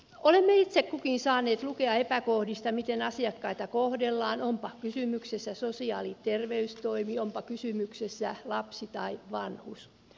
olemme itse kukin saaneet lukea epäkohdista miten asiakkaita kohdellaan onpa kysymyksessä sosiaali tai terveystoimi onpa kysymyksessä lapsi tai vanhus